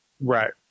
Right